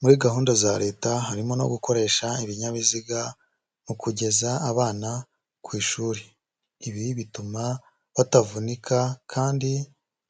Muri gahunda za leta harimo no gukoresha ibinyabiziga mu kugeza abana ku ishuri, ibi bituma batavunika kandi